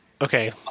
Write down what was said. Okay